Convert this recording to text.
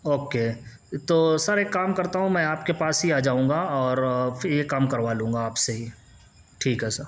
او کے تو سر ایک کام کرتا ہوں میں آپ کے پاس ہی آ جاؤں گا اور پھر یہ کام کروا لوں گا آپ سے ہی ٹھیک ہے سر